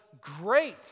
great